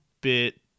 bit